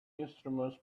instruments